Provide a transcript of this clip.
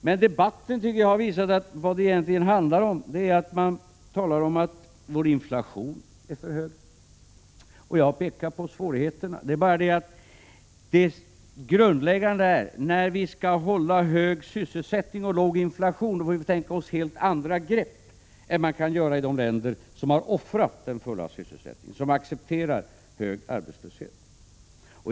Men jag tycker att man i debatten har visat att vad det egentligen handlar om är att vår inflation är för hög. Jag har pekat på svårigheterna. Men det grundläggande är att när vi skall ha en hög sysselsättning och låg inflation, får vi tänka oss helt andra grepp än dem som förekommer i de länder som har offrat den fulla sysselsättningen och som accepterar hög arbetslöshet.